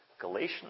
Galatians